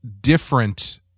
different